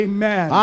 Amen